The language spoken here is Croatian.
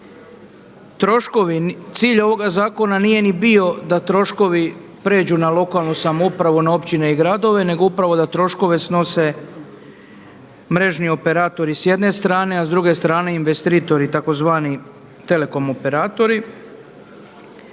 Cilj ovoga zakona nije ni bio da troškovi pređu na lokalnu samoupravu na općine i gradove nego upravo da troškove snose mrežni operatori s jedne strane, a s druge strane investitori tzv. telekom operatori.